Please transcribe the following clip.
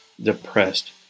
Depressed